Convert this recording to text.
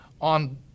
on